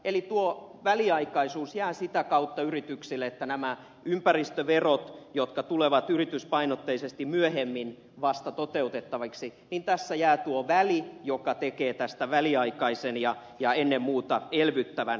eli tuo väliaikaisuus jää sitä kautta yrityksille että kun nämä ympäristöverot tulevat yrityspainotteisesti myöhemmin vasta toteutettaviksi niin tässä jää tuo väli joka tekee tästä väliaikaisen ja ennen muuta elvyttävän